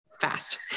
fast